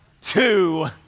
two